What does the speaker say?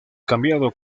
cambiado